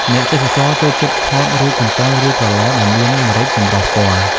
អ្នកទេសចរចូលចិត្តថតរូបកំប៉ុង ឬ ក្រឡដែលមានម្រេចចម្រុះពណ៌។